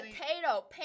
potato